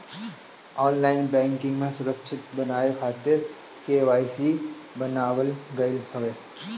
online banking के सुरक्षित बनावे खातिर के.वाई.सी बनावल गईल हवे